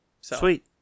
Sweet